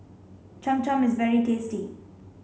Cham Cham is very tasty